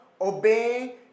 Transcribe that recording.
obey